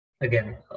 Again